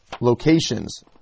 locations